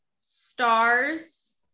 Stars